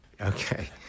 Okay